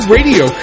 Radio